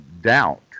doubt